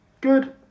Good